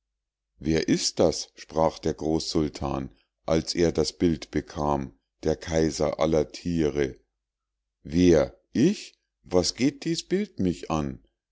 wer ist das sprach der großsultan als er das bild bekam der kaiser aller thiere wer ich was geht dies bild mich an